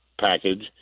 package